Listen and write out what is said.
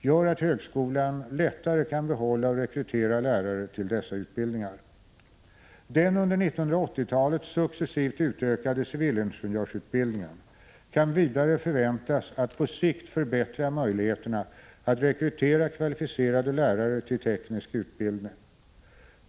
gör att högskolan lättare kan behålla och rekrytera lärare till dessa utbildningar. Den under 1980-talet successivt utökade civilingenjörsutbildningen kan vidare förväntas att på sikt förbättra möjligheterna att rekrytera kvalificerade lärare till teknisk utbildning.